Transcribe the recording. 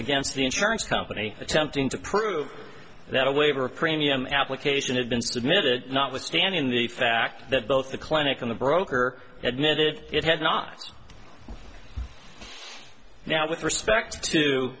against the insurance company attempting to prove that a waiver of premium application had been submitted notwithstanding the fact that both the clinic and the broker admitted it has not now with respect to